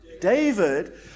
david